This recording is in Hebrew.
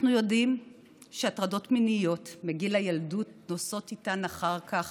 אנחנו יודעים שהטרדות מיניות בגיל הילדות נושאות איתן אחר כך